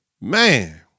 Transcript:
Man